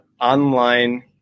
online